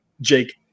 Jake